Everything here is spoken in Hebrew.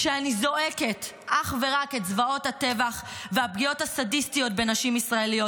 כשאני זועקת אך ורק את זוועות הטבח והפגיעות הסדיסטיות בנשים ישראליות,